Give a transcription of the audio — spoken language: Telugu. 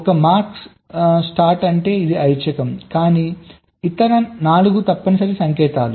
ఒక మార్క్స్ స్టార్ అంటే ఇది ఐచ్ఛికం కానీ ఇతర 4 తప్పనిసరి సంకేతాలు